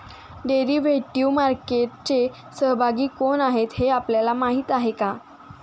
Derivative मार्केटचे सहभागी कोण आहेत हे आपल्याला माहित आहे का?